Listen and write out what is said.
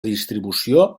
distribució